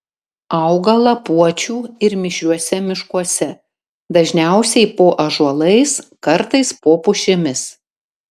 auga lapuočių ir mišriuose miškuose dažniausiai po ąžuolais kartais po pušimis